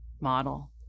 model